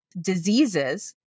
diseases